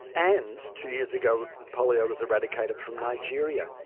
and two years ago polio was eradicated from nigeria,